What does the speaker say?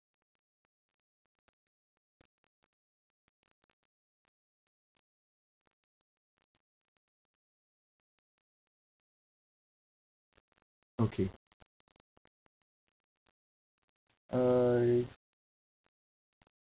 okay uh